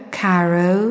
caro